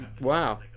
Wow